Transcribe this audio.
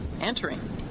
entering